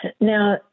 Now